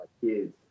kids